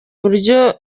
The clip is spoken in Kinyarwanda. uburyo